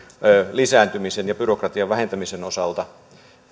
lisääntymisen ja byrokratian vähentämisen osalta